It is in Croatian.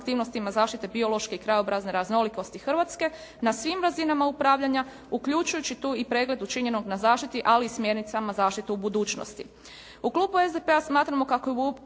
aktivnostima zaštite biološke i krajobrazne raznolikosti Hrvatske na svim razinama upravljanja uključujući tu i pregled učinjenog na zaštiti ali i smjernicama zaštite u budućnosti.